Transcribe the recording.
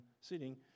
sitting